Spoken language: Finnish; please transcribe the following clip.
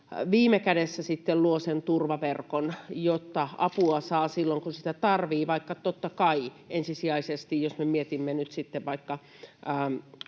viime kädessä sitten luo sen turvaverkon, jotta apua saa silloin, kun sitä tarvitsee, vaikka totta kai ensisijaisesti, jos me mietimme nyt